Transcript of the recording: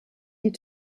die